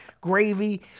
Gravy